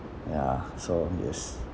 ya so yes